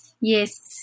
Yes